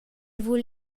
vul